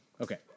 okay